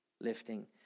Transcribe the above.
lifting